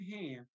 hand